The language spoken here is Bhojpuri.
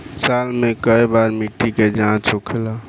साल मे केए बार मिट्टी के जाँच होखेला?